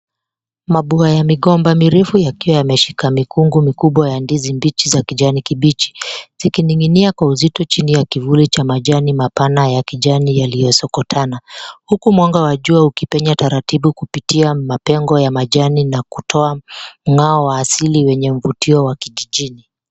Mabua ya migomba mirefu yakiwa yameshika mikungu mikubwa ya ndizi mbichi za kijani kibichi. Zikininginia kwa uzito chini ya kivuli cha majani mapana ya kijani yaliyosokotana. Huku mwanga wa jua ukipenya taratibu kupitia mapengo ya majani na kutoa mngao wa asili wenye uvutio wa kijijini.